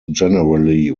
generally